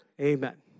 amen